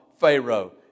Pharaoh